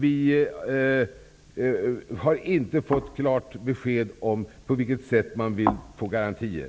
Vi har inte fått klart besked om på vilket sätt man vill få garantier.